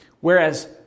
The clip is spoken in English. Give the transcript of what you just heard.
whereas